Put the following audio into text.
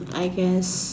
I guess